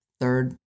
third